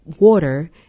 water